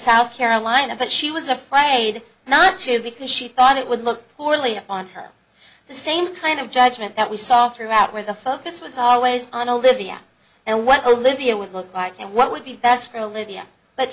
south carolina but she was afraid not to because she thought it would look poorly on her the same kind of judgment that we saw throughout where the focus was always on a libya and what a libya would look like and what would be best